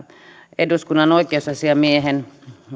eduskunnan oikeusasiamiehen